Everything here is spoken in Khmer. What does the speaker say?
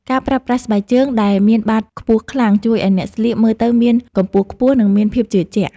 ការប្រើប្រាស់ស្បែកជើងដែលមានបាតខ្ពស់ខ្លាំង ជួយឱ្យអ្នកស្លៀកមើលទៅមានកម្ពស់ខ្ពស់និងមានភាពជឿជាក់។